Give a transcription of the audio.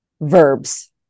verbs